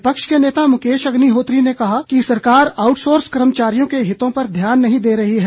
विपक्ष के नेता मुकेश अग्निहोत्री ने कहा कि सरकार आउटसोर्स कर्मचारियों के हितों पर ध्यान नहीं दे रही है